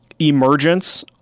emergence